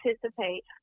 participate